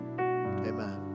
amen